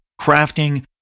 crafting